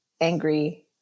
angry